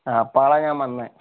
ആ അപ്പോഴാണ് ഞാൻ വന്നത്